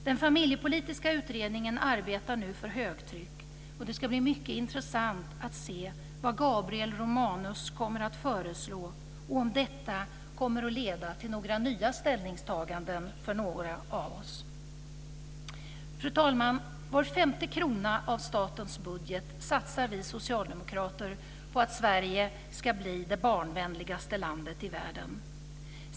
Den familjepolitiska utredningen arbetar nu för högtryck, och det ska bli mycket intressant att se vad Gabriel Romanus kommer att föreslå och om detta kommer att leda till några nya ställningstaganden för några av oss. Fru talman! Var femte krona av statens budget satsar vi socialdemokrater på att Sverige ska bli det barnvänligaste landet i världen.